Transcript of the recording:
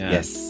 Yes